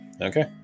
Okay